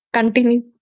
Continue